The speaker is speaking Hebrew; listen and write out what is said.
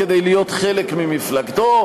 כדי להיות חלק ממפלגתו,